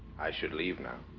i should leave now